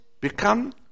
become